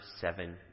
seven